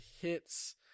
hits